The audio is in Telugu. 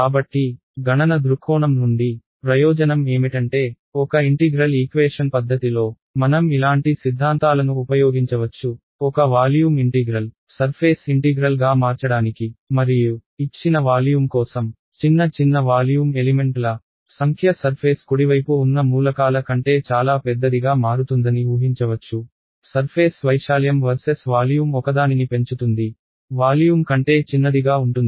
కాబట్టి గణన దృక్కోణం నుండి ప్రయోజనం ఏమిటంటే ఒక ఇంటిగ్రల్ ఈక్వేషన్ పద్ధతిలో మనం ఇలాంటి సిద్ధాంతాలను ఉపయోగించవచ్చు ఒక వాల్యూమ్ ఇంటిగ్రల్ సర్ఫేస్ ఇంటిగ్రల్ గా మార్చడానికి మరియు ఇచ్చిన వాల్యూమ్ కోసం చిన్న చిన్న వాల్యూమ్ ఎలిమెంట్ల సంఖ్య సర్ఫేస్ కుడివైపు ఉన్న మూలకాల కంటే చాలా పెద్దదిగా మారుతుందని ఊహించవచ్చు సర్ఫేస్ వైశాల్యం వర్సెస్ వాల్యూమ్ ఒకదానిని పెంచుతుంది వాల్యూమ్ కంటే చిన్నదిగా ఉంటుంది